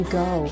go